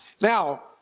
Now